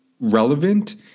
relevant